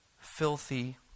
filthy